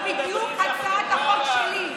זו בדיוק הצעת החוק שלי.